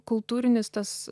kultūrinis tas